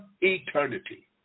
eternity